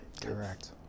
correct